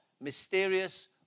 Mysterious